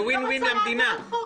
זה וין-וין למדינה.